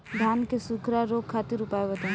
धान के सुखड़ा रोग खातिर उपाय बताई?